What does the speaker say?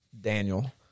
Daniel